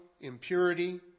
impurity